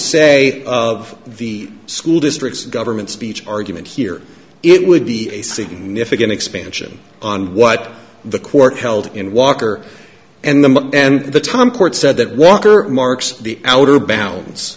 say of the school district's government speech argument here it would be a significant expansion on what the court held in walker and the and the time court said that walker marks the outer b